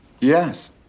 Yes